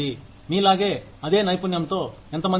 మీలాగే అదే నైపుణ్యంతో ఎంతమంది ఉన్నారు